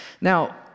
Now